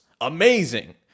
amazing